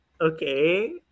okay